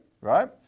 right